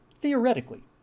Theoretically